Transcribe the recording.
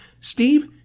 Steve